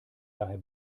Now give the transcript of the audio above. daher